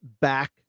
back